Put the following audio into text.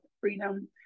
freedom